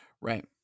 Right